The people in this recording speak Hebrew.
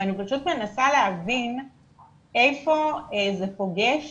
אבל אני מנסה להבין איפה זה פוגש